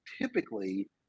typically